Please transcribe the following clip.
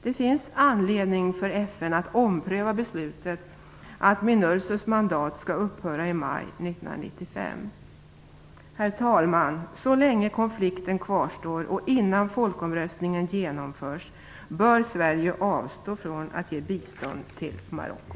Det finns anledning för FN att ompröva beslutet att Minursos mandat skall upphöra i maj 1995. Herr talman! Så länge konflikten kvarstår och innan folkomröstningen genomförts bör Sverige avstå från att ge bistånd till Marocko.